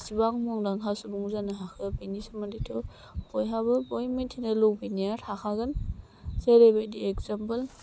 एसेबां मुंदांखा सुबुं जानो हाखो बेनि सोमोन्दैथ' बयहाबो बै मिन्थिनो लुगैनाया थाखागोन जेरैबायदि एकजामपोल